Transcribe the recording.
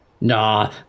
Nah